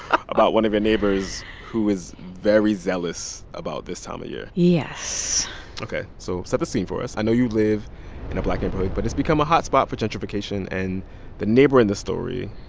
about one of your neighbors who is very zealous about this time of year yes ok. so set the scene for us. i know you live in a black neighborhood. but it's become a hotspot for gentrification. and the neighbor in the story,